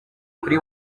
kuri